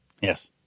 Yes